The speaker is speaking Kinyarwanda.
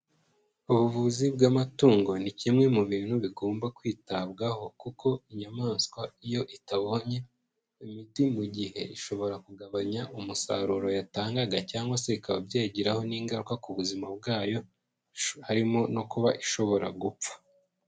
Ubuvuzi bw'amatungo ni kimwe mu bintu bigomba kwitabwaho kuko inyamaswa iyo itabonye imiti mu gihe, ishobora kugabanya umusaruro yatangaga cyangwa se bikaba byayigiraho n'ingaruka ku buzima bwayo harimo no kuba ishobora gupfa.